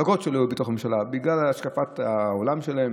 בגלל השקפת העולם שלהן,